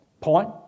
Point